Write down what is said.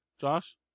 Josh